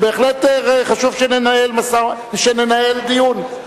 ובהחלט חשוב שננהל דיון.